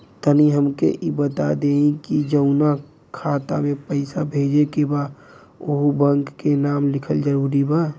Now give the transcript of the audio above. तनि हमके ई बता देही की जऊना खाता मे पैसा भेजे के बा ओहुँ बैंक के नाम लिखल जरूरी बा?